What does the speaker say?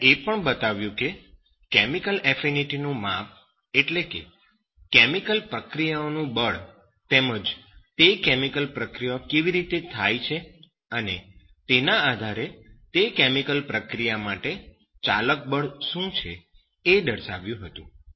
તેમણે એ પણ બતાવ્યું હતું કે કેમિકલ એફીનીટી નું માપ એટલે કે કેમિકલ પ્રક્રિયાઓનું 'બળ ' તેમજ તે કેમિકલ પ્રક્રિયા કેવી રીતે થાય છે અને તેના આધારે તે કેમિકલ પ્રક્રિયા માટે ચાલકબળ શું છે એ દર્શાવ્યું હતું